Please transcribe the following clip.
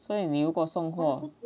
所以你如果送货